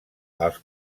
els